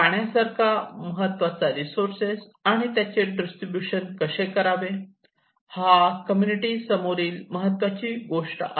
पाण्यासारखा महत्त्वाचा रिसोर्स आणि त्याचे डिस्ट्रीब्यूशन कसे करावे हा कम्युनिटी समोरील महत्त्वाची गोष्ट आहे